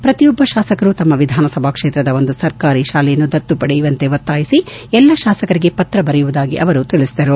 ಪ್ರತಿಯೊಬ್ಬ ಶಾಸಕರು ತಮ್ನ ವಿಧಾನಸಭಾ ಕ್ಷೇತ್ರದ ಒಂದು ಸರ್ಕಾರಿ ಶಾಲೆಯನ್ನು ದತ್ತು ಪಡೆಯುವಂತೆ ಒತ್ತಾಯಿಸಿ ಎಲ್ಲಾ ಶಾಸಕರಿಗೆ ಪತ್ರ ಬರೆಯುವುದಾಗಿ ತಿಳಿಸಿದರು